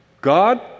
God